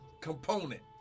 component